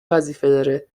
وظیفه